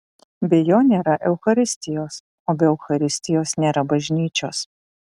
be jo nėra eucharistijos o be eucharistijos nėra bažnyčios